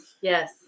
yes